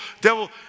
devil